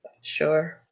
Sure